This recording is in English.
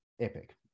epic